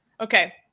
Okay